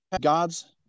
god's